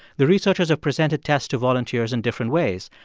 the researchers have presented tests to volunteers in different ways.